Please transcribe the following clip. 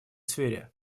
сфере